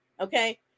okay